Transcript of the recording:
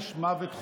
בעונש מוות חובה.